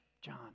John